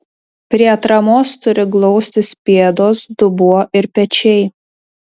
prie atramos turi glaustis pėdos dubuo ir pečiai